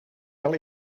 wel